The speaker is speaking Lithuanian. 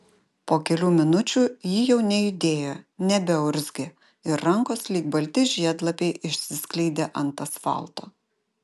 po kelių minučių ji jau nejudėjo nebeurzgė ir rankos lyg balti žiedlapiai išsiskleidė ant asfalto